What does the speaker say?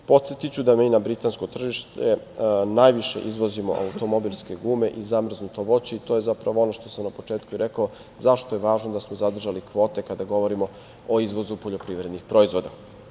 Podsetiću da mi na britansko tržište najviše izvozimo automobilske gume i zamrznuto voće i to je zapravo ono što sam na početku i rekao, zašto je važno da smo zadržali kvote kada govorimo o izvozu poljoprivrednih proizvoda.